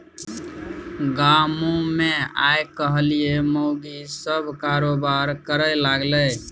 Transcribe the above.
गामोमे आयकाल्हि माउगी सभ कारोबार करय लागलै